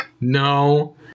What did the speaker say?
no